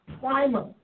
primer